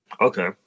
Okay